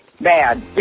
bad